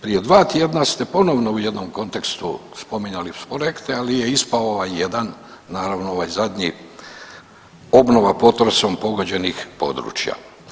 Prije dva tjedna ste ponovno u jednom kontekstu spominjali forekte, ali je ispao ovaj jedan, naravno ovaj zadnji obnova potresom pogođenih područja.